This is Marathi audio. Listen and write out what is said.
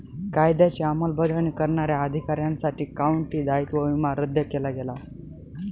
कायद्याची अंमलबजावणी करणाऱ्या अधिकाऱ्यांसाठी काउंटी दायित्व विमा रद्द केला गेला आहे